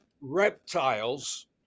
reptiles